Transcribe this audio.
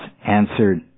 answered